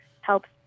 helps